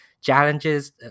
challenges